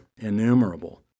innumerable